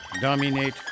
Dominate